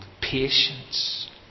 Patience